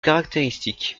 caractéristiques